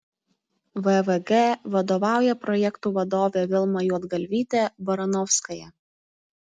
vvg vadovauja projektų vadovė vilma juodgalvytė baranovskaja